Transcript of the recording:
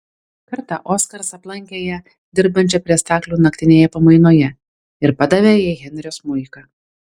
kartą oskaras aplankė ją dirbančią prie staklių naktinėje pamainoje ir padavė jai henrio smuiką